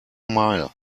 mile